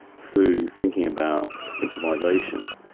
through thinking about improvisation,